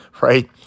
right